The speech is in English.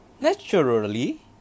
Naturally